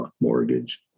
mortgage